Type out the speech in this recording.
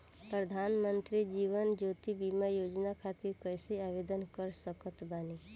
प्रधानमंत्री जीवन ज्योति बीमा योजना खातिर कैसे आवेदन कर सकत बानी?